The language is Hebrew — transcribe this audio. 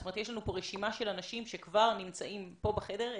יש לנו פה רשימה של אנשים שכבר נמצאים פה בחדר,